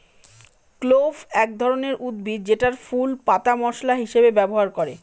clove এক ধরনের উদ্ভিদ যেটার ফুল, পাতা মশলা হিসেবে ব্যবহার করে